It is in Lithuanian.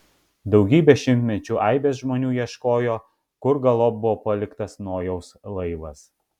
daugybę šimtmečių aibės žmonių ieškojo kur galop buvo paliktas nojaus laivas